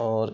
और